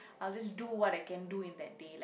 I'll just do what I can do in that day like